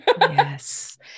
Yes